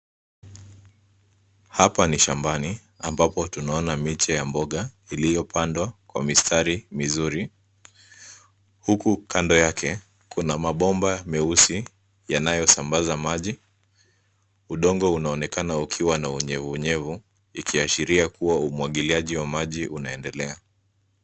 Hapa ni shambani ambapo tunaona miche ya mboga, iliyopandwa kwa mistari mizuri, huku kando yake kuna mabomba meusi yanayosambaza maji. Udongo unaonekana ukiwa na unyevunyevu, ikiashiria, kuwa umwagiliji wa maji unaendelea.